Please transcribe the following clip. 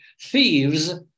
thieves